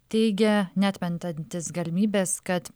teigia neatmetantis galimybės kad